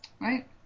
right